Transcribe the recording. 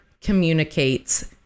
communicates